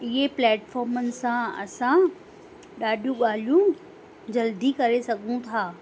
ईअं पलेटफॉमनि सां असां ॾाढियूं ॻाल्हियूं जल्दी करे सघूं था